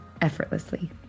effortlessly